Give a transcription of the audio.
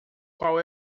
qual